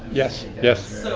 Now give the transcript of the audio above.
yes. yes.